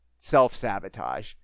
Self-sabotage